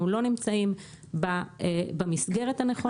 אנחנו לא נמצאים במסגרת הנכונה.